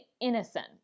innocent